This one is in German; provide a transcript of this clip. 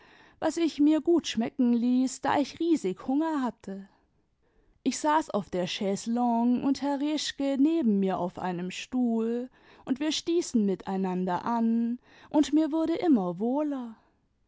was ich mir gut schmecken ließ da ich riesig hunger hatte ich saß auf der chaiselongue und herr reschke neben mir auf einem stuhl und wir stießen miteinander und mir wurde inmier wohler